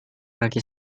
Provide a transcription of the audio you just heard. kaki